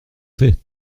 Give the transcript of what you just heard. fait